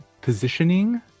Positioning